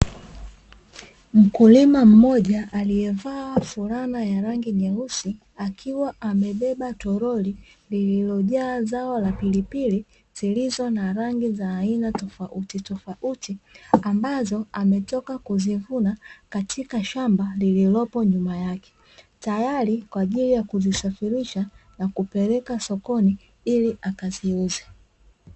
Mkulima mmoja aliyevaa fulana ya rangi nyeusi, akiwa amebeba tolori lililojaa zao la pilipili zilizo na rangi za aina tofautitofauti, ambazo ametoka kuzivuna katika shamba lililopo nyuma yake, tayari kwa ajili ya kuzisafirisha na kuzipeleka sokoni ili akaziuze.